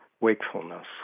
wakefulness